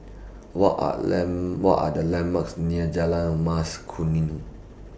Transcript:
What Are Land What Are The landmarks near Jalan Mas Kuning